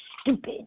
stupid